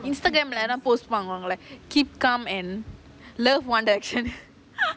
instagram lah post பண்ணுவாங்களா:pannuvaangalaa keep calm and love one direction